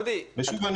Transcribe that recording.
דודי --- ושוב,